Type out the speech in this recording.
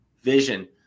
Vision